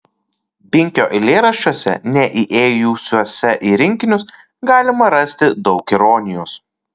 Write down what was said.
binkio eilėraščiuose neįėjusiuose į rinkinius galima rasti daug ironijos